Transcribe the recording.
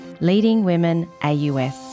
leadingwomenAUS